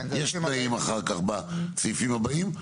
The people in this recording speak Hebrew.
יש תנאים אחר כך בסעיפים הבאים.